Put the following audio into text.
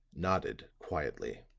nodded quietly.